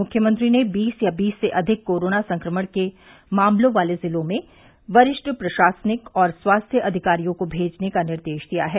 मुख्यमंत्री ने बीस या बीस से अधिक कोरोना संक्रमण के मामलों वाले जिलों में वरिष्ठ प्रशासनिक और स्वास्थ्य अधिकारियों को भेजने का निर्देश दिया है